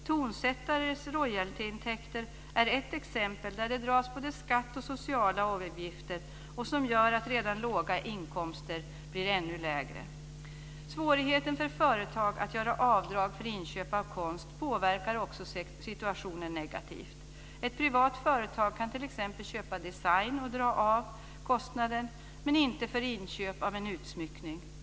Tonsättares royaltyintäkter är ett exempel där det dras både skatt och sociala avgifter, vilket gör att redan låga inkomster blir ännu lägre. Svårigheten för företag att göra avdrag för inköp av konst påverkar också situationen negativt. Ett privat företag kan t.ex. köpa design och dra av kostnaden, men man får inte dra av kostnaden för inköp av en utsmyckning.